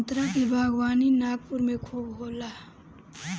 संतरा के बागवानी नागपुर में खूब होला